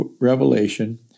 Revelation